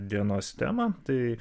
dienos temą tai